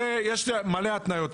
יש לזה מלא התניות.